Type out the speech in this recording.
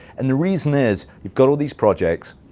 and the reason is, we've got all these projects.